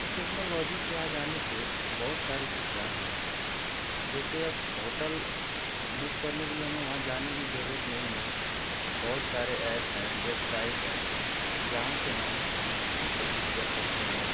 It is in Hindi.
तो टेक्नोलॉजी के आ जाने से बहुत सारी सुविधाएँ हुई हैं जैसे अब होटल बुक करने के लिए हमें वहाँ जाने की जरूरत नहीं है बहुत सारे ऐप हैं बेबसाइट हैं जहाँ से हम होटल बुक कर सकते हैं